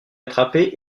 attrapé